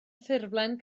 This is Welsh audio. ffurflen